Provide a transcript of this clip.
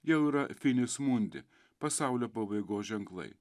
jau yra finis mundi pasaulio pabaigos ženklai